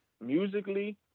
Musically